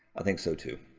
i think so too.